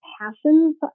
passions